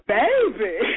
baby